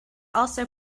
also